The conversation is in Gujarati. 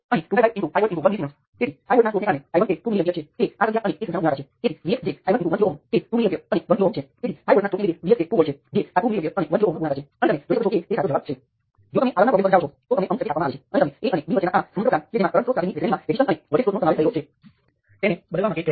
તેથી આ ઉપયોગી નથી તેના બદલે તમારે નોર્ટન કરંટ સોર્સ તરીકે રજૂ કરવું પડશે જેનું મૂલ્ય કરંટ સોર્સના મૂલ્ય બરાબર છે અને નોર્ટન રેઝિસ્ટન્સ જે અનંત છે અથવા કંડક્ટન્સ જે 0 નોર્ટન કંડક્ટન્સ છે જે 0 છે